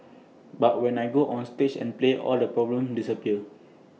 but when I go onstage and play all the problems disappear